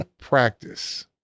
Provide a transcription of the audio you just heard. practice